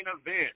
event